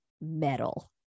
metal